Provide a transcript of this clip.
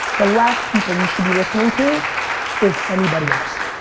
the last people you should be listening to is anybody else.